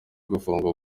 gufungwa